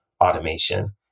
automation